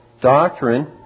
doctrine